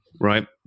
right